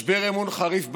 זה משבר אמון חריף בהנהגה,